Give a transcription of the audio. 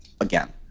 again